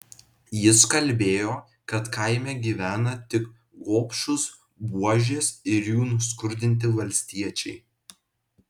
jis kalbėjo kad kaime gyvena tik gobšūs buožės ir jų nuskurdinti valstiečiai